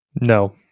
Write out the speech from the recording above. No